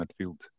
midfield